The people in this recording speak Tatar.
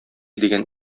дигән